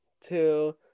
two